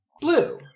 blue